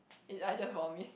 it I just vomit